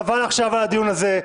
חבל על הדיון הזה,